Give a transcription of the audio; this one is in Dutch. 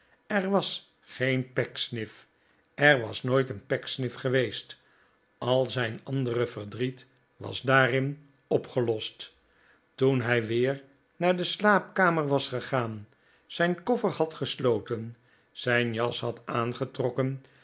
er was geen pecksniff er was nooit een pecksniff geweest al zijn andere verdriet was daarin opgelost toen hij weer naar de slaapkamer was gegaan zijn koffer had gesloten zijn jas had aangetrokken